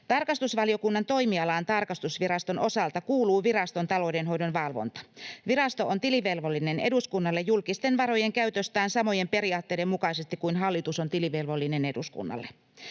Tarkastusvaliokunnan toimialaan tarkastusviraston osalta kuuluu viraston taloudenhoidon valvonta. Virasto on tilivelvollinen eduskunnalle julkisten varojen käytöstään samojen periaatteiden mukaisesti kuin hallitus on tilivelvollinen eduskunnalle.